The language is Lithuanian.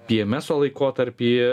pyemeso laikotarpį